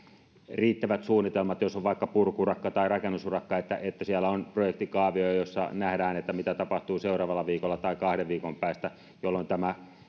riittävät suunnitelmat jos on vaikka purku urakka tai rakennusurakka niin että siellä on projektikaavio jossa nähdään mitä tapahtuu seuraavalla viikolla tai kahden viikon päästä jolloin